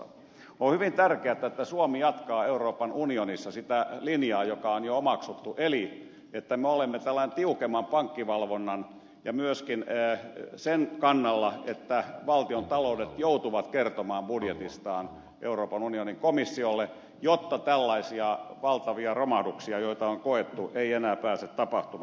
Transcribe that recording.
on hyvin tärkeätä että suomi jatkaa euroopan unionissa sitä linjaa joka on jo omaksuttu eli että me olemme tällaisen tiukemman pankkivalvonnan ja myöskin sen kannalla että valtiontaloudet joutuvat kertomaan budjetistaan euroopan unionin komissiolle jotta tällaisia valtavia romahduksia joita on koettu ei enää pääse tapahtumaan